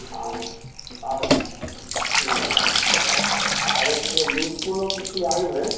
আর আর আর হচ্ছে লুজ ফুলও কিছু লাগবে